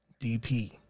DP